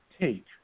take